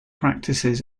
practices